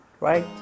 right